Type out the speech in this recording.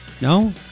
No